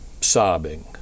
sobbing